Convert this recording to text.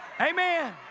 Amen